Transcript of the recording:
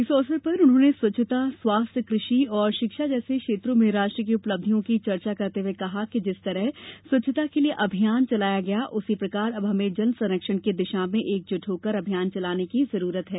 इस अवसर पर उन्होंने स्वच्छता स्वास्थ्य कृषि और शिक्षा जैसे क्षेत्रों में राष्ट्र की उपलब्धियों की चर्चा करते हुए कहा कि जिस तरह स्वच्छता के लिए अभियान चलाया गया उसी प्रकार अब हमें जल संरक्षण की दिशा में एकजुट होकर अभियान चलाने की जरूरत है